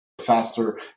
faster